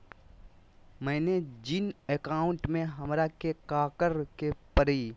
मैंने जिन अकाउंट में हमरा के काकड़ के परी?